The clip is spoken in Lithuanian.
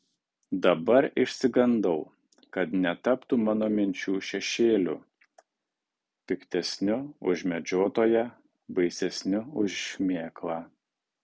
dabar išsigandau kad netaptų mano minčių šešėliu piktesniu už medžiotoją baisesniu už šmėklą